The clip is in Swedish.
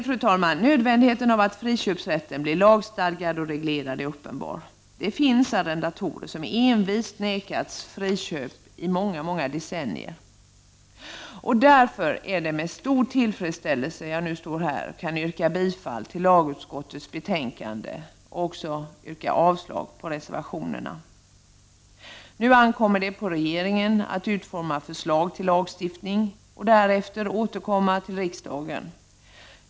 Nej, fru talman, nödvändigheten av att friköpsrätten blir lagstadgad och reglerad är uppenbar. Det finns arrendatorer som envist nekas friköp i många decennier. Därför är det med stor tillfredsställelse jag nu yrkar bifall till lagutskottets betänkande och avslag på reservationerna. Nu ankommer det på regeringen att utforma förslag på lagstiftning och därefter återkomma till riksdagen.